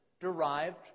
derived